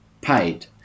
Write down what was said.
paid